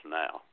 now